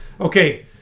Okay